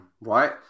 right